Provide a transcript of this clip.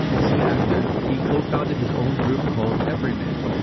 soon after he co-founded his own group called everyman.